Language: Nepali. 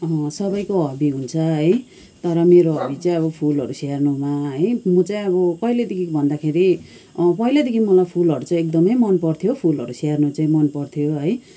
सबैको हबी हुन्छ है तर मेरो हबी चाहिँ अब फुलहरू स्याहार्नुमा है म चाहिँ अब कहिलेदेखि भन्दाखेरि पहिलादेखि फुलहरू चाहिँ एकदमै मनपर्थ्यो फुलहरू स्याहार्नु चाहिँ मनपर्थ्यो है